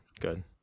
Good